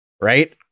right